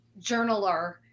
journaler